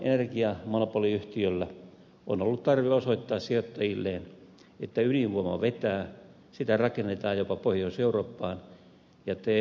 suurella energiamonopoliyhtiöllä on ollut tarve osoittaa sijoittajilleen että ydinvoima vetää sitä rakennetaan jopa pohjois eurooppaan ja että e